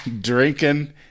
drinking